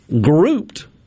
grouped